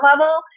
level